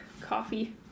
coffee